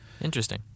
Interesting